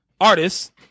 Artists